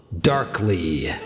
Darkly